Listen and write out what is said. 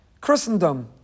Christendom